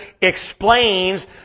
explains